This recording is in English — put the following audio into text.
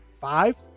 five